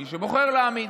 מי שבוחר להאמין,